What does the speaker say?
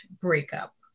breakup